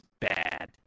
bad